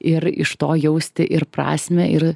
ir iš to jausti ir prasmę ir